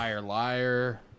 Liar